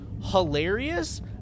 hilarious